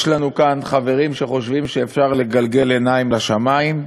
יש לנו כאן חברים שחושבים שאפשר לגלגל עיניים לשמים,